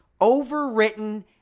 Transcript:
overwritten